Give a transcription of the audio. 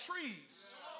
trees